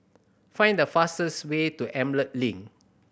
find the fastest way to Emerald Link